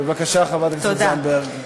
בבקשה, חברת הכנסת זנדברג.